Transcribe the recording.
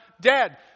dead